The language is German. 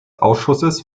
ausschusses